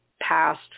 past